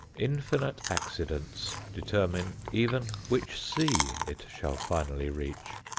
infinite accidents determine even which sea it shall finally reach.